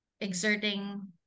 exerting